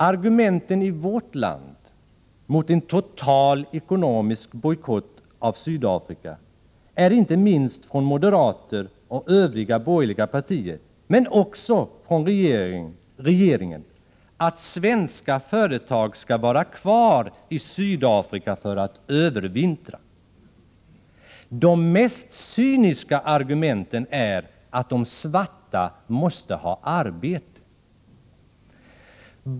Argumenten i vårt land mot en total ekonomisk bojkott av Sydafrika är inte minst från moderater och övriga borgerliga partier, men också från regeringen, att svenska företag skall vara kvar i Sydafrika för att övervintra; de mest cyniska argumenten är att de svarta måste ha arbete.